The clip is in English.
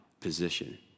position